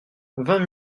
vingt